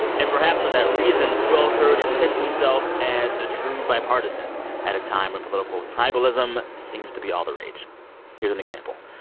and perhaps for that reason, will hurd has pitched himself as a true bipartisan at a time when political tribalism seems to be all the rage here's an example.